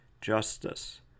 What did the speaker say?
Justice